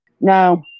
No